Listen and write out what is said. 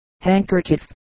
handkerchief